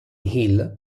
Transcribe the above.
hill